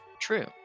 True